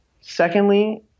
Secondly